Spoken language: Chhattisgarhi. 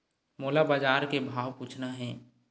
मोला बजार के भाव पूछना हे?